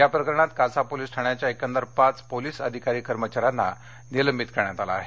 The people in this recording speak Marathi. या प्रकरणात कासा पोलीस ठाण्याच्या एकंदर पाच पोलीस अधिकारी कर्मचाऱ्यांना निलंबित करण्यात आलं आहे